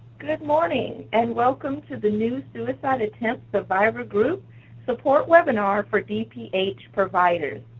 good morning, and welcome to the new suicide attempt survivor group support webinar for dph providers.